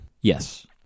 Yes